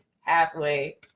halfway